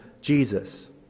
Jesus